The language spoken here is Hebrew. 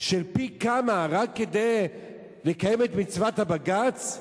של פי כמה רק כדי לקיים את מצוות הבג"ץ?